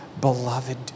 beloved